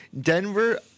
Denver